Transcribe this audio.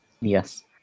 Yes